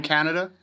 Canada